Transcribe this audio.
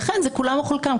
לכן זה כולם או חלקם.